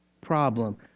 problem